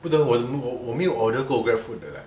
不懂 wo~ wo~ wo~ 我没有 order 过 GrabFood 的 leh